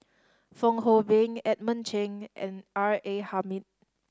Fong Hoe Beng Edmund Cheng and R A Hamid